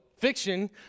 Fiction